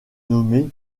nommée